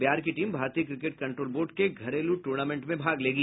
बिहार की टीम भारतीय cricket control board के घरेलू टूर्नामेंट में भाग लेगी